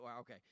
okay